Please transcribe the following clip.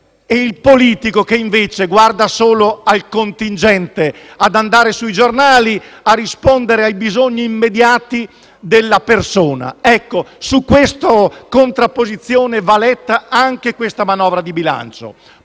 e il politico che, invece, guarda solo al contingente, ad andare sui giornali, a rispondere ai bisogni immediati della persona. Ecco, su questa contrapposizione va letta anche questa manovra di bilancio.